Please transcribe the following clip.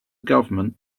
government